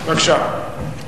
בבקשה.